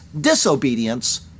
disobedience